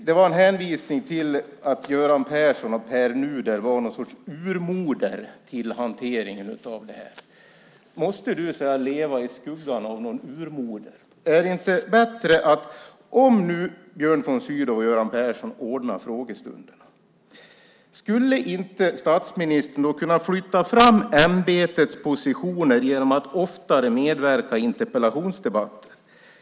Det var en hänvisning till att Göran Persson och Pär Nuder var någon sorts urmoder till hanteringen av det här. Måste du leva i skuggan av någon urmoder? Om nu Björn von Sydow och Göran Persson ordnade frågestunderna skulle inte statsministern kunna flytta fram ämbetets positioner genom att oftare medverka i interpellationsdebatter?